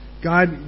God